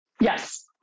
Yes